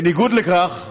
בניגוד לכך,